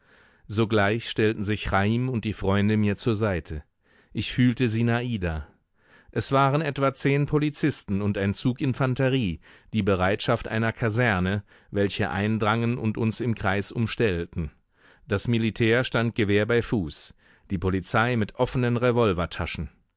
sogleich stellten sich chaim und die freunde mir zur seite ich fühlte sinada es waren etwa zehn polizisten und ein zug infanterie die bereitschaft einer kaserne welche eindrangen und uns im kreis umstellten das militär stand gewehr bei fuß die polizei mit offenen